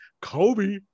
Kobe